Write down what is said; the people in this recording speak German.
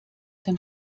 dem